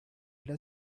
the